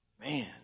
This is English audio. Man